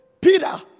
Peter